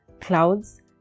clouds